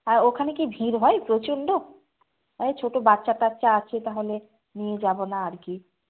আর ওখানে কি ভিড় হয় প্রচণ্ড ছোটো বাচ্চা টাচ্চা আছে তাহলে নিয়ে যাব না আর কি